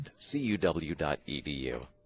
cuw.edu